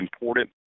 important